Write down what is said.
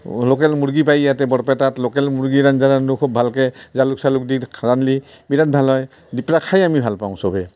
local মূৰ্গী পাই ইয়াতে বৰপেটাত লোকেল মূৰ্গীৰ আঞ্জা ৰান্ধোঁ খুব ভালকৈ জালুক চালুক দি খ ৰান্ধলি বিৰাট ভাল হয় দিপৰা খাই আমি ভাল পাওঁ চবে